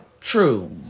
True